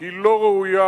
היא לא ראויה,